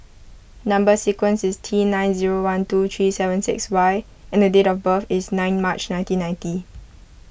Number Sequence is T nine zero one two three seven six Y and date of birth is nine March nineteen ninety